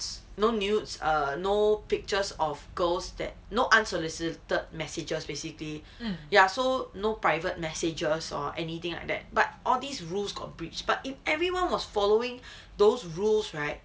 no nudes err no pictures of girls that no unsolicited messages basically ya so no private messages or anything like that but all these rules got breach but if everyone was following those rules right